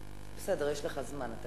בסדר, יש לך זמן.